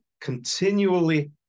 continually